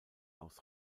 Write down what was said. aus